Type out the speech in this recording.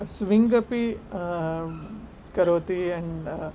स्विङ्गपि करोति अण्